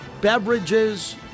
beverages